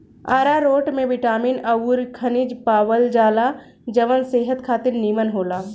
आरारोट में बिटामिन अउरी खनिज पावल जाला जवन सेहत खातिर निमन होला